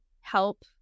help